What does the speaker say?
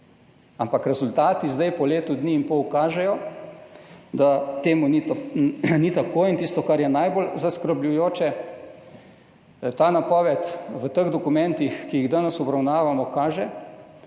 ampak rezultati zdaj po letu dni in pol kažejo, da ni tako in tisto, kar je najbolj zaskrbljujoče, je to, da ta napoved v teh dokumentih, ki jih danes obravnavamo, kaže,